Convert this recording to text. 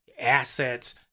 assets